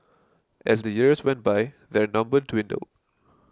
as the years went by their number dwindled